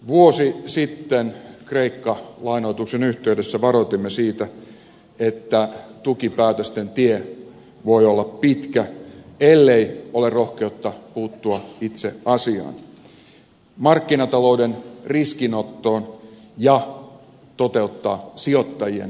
vuosi sitten kreikka lainoituksen yhteydessä varoitimme siitä että tukipäätösten tie voi olla pitkä ellei ole rohkeutta puuttua itse asiaan markkinatalouden riskinottoon ja toteuttaa sijoittajien vastuuta